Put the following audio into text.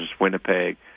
Winnipeg